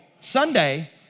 Sunday